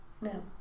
No